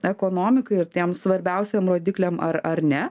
ekonomikai ir tiem svarbiausiem rodikliam ar ar ne